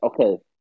okay